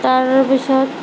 তাৰপিছত